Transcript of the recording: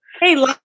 Hey